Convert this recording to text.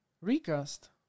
Recast